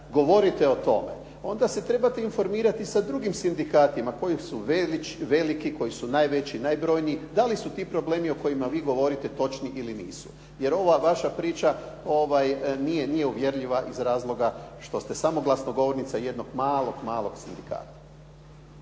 govorite o tome onda se trebate informirati sa drugim sindikatima koji su veliki, koji su najveći, najbrojniji. Da li su ti problemi o kojima vi govorite točni ili nisu, jer ova vaša priča nije uvjerljiva iz razloga što ste samo glasnogovornica jednog malog, malog sindikata.